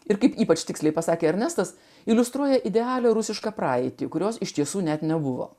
ir kaip ypač tiksliai pasakė ernestas iliustruoja idealią rusišką praeitį kurios iš tiesų net nebuvo